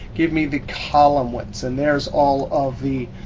give me the column ones. and there's all of the